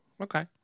okay